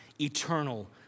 eternal